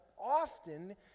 often